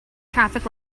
traffic